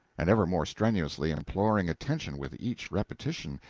and ever more strenuously imploring attention with each repetition,